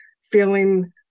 feeling